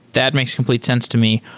that makes complete sense to me.